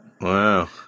Wow